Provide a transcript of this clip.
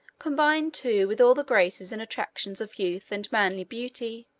combined, too, with all the graces and attractions of youth and manly beauty,